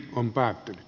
on päättynyt